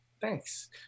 Thanks